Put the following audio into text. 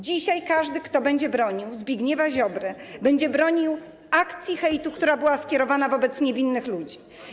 Dzisiaj każdy, kto będzie bronił Zbigniewa Ziobry, będzie bronił akcji hejtu, która była skierowana wobec niewinnych ludzi.